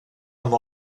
amb